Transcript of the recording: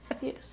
Yes